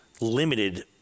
limited